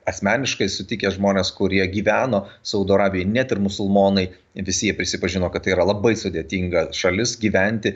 asmeniškai sutikęs žmones kurie gyveno saudo arabijoj net ir musulmonai visi jie prisipažino kad tai yra labai sudėtinga šalis gyventi